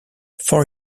four